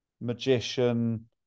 magician